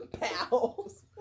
pals